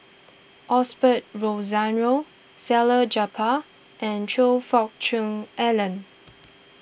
Osbert Rozario Salleh Japar and Choe Fook Cheong Alan